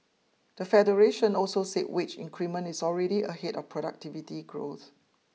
the Federation also said wage increment is already ahead of productivity growth